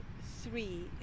three